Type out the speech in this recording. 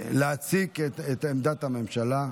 להציג את עמדת הממשלה.